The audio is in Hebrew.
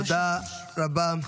תודה רבה.